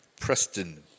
Preston